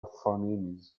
phonemes